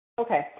okay